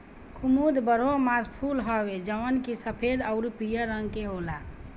कुमुद बारहमासा फूल हवे जवन की सफ़ेद अउरी पियर रंग के होला